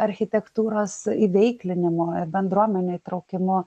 architektūros veiklinimu ir bendruomenių įtraukimu